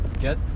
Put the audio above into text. get